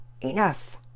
Enough